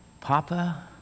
Papa